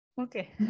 Okay